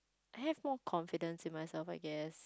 have more confidence in myself I guess